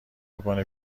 میکنه